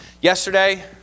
Yesterday